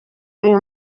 uyu